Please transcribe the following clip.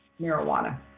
Marijuana